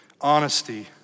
Honesty